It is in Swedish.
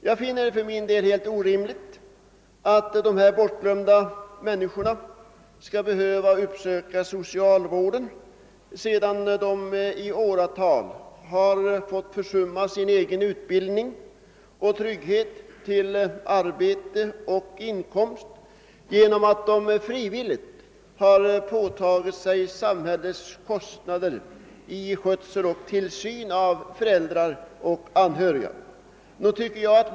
Jag finner det för min del helt orimligt att dessa bortglömda människor skall behöva uppsöka socialvården sedan de under åratal fått försumma sin egen utbildning och trygghet till arbete och inkomst på grund av att de frivilligt har påtagit sig samhällets kostnader för skötsel och tillsyn av föräldrar och anhöriga.